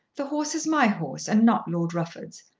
the horse is my horse, and not lord rufford's.